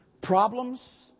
Problems